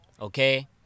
Okay